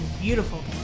Beautiful